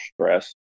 stress